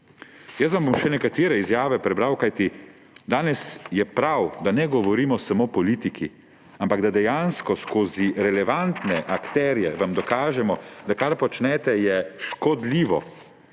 Jaz vam bom še nekatere izjave prebral, kajti danes je prav, da ne govorimo samo politiki, ampak da dejansko skozi relevantne akterje vam dokažemo, da kar počnete, je škodljivo